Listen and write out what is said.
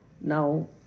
Now